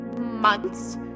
Months